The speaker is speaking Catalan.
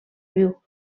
viu